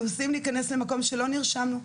אנחנו אנוסים להיכנס למקום אליו לא נרשמנו,